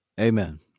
Amen